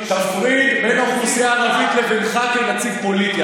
תפריד בין אוכלוסייה הערבית לבינך כנציג פוליטי.